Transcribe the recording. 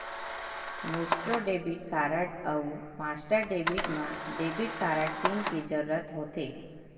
Maestro debit card अउ master debit म debit card pin के जरूरत होथे